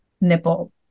nipple